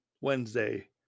Wednesday